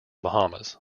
bahamas